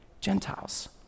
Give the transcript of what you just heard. Gentiles